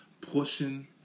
pushing